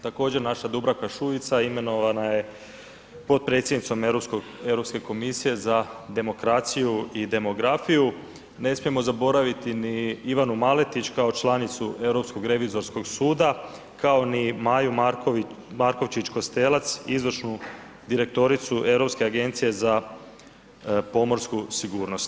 Također naša Dubravka Šuica imenovana je potpredsjednicom Europske komisije za demokraciju i demografiju, ne smijemo zaboraviti ni Ivanu Maletić kao članicu Europskog revizorskog suda, kao ni Maju Markovčić Kostelac izvršnu direktoricu Europske agencije za pomorsku sigurnost.